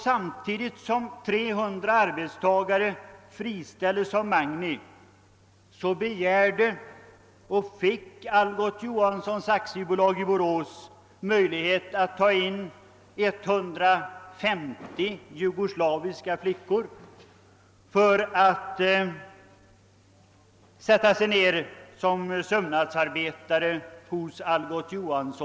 Samtidigt som 300 arbetstagare friställdes av Magni begärde och fick Algot Johansson AB i Borås möjlighet att ta in 150 jugoslaviska flickor som sömnadsarbetare.